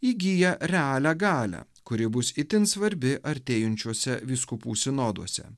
įgyja realią galią kuri bus itin svarbi artėjančiuose vyskupų sinoduose